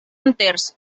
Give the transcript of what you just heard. enters